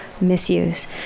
misuse